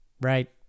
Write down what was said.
right